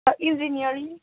sir engineering